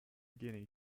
guinea